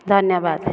ଧନ୍ୟବାଦ